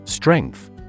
Strength